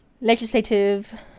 legislative